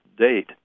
date